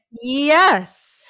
yes